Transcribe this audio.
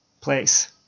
place